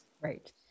Right